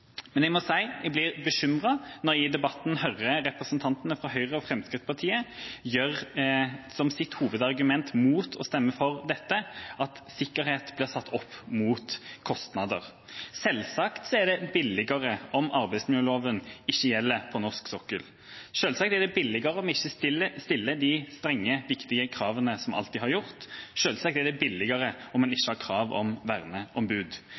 men jeg må si at jeg blir bekymret når jeg i debatten hører representantene fra Høyre og Fremskrittspartiet gjøre til sitt hovedargument mot å stemme for dette at sikkerhet blir satt opp mot kostnader. Selvsagt er det billigere om arbeidsmiljøloven ikke gjelder på norsk sokkel. Selvsagt er det billigere om vi ikke stiller de strenge, viktige kravene som vi alltid har gjort. Selvsagt er det billigere om vi ikke har krav om verneombud.